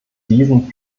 diesen